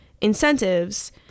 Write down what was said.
incentives